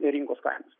rinkos kainos